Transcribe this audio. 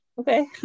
okay